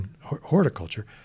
horticulture